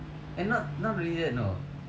and not not really that you know